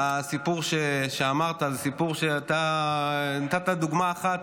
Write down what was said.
הסיפור שסיפרת זה סיפור שבו נתת דוגמה אחת